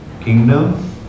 kingdom